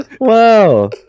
Wow